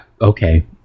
okay